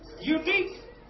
unique